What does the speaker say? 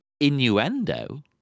innuendo